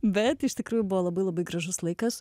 bet iš tikrųjų buvo labai labai gražus laikas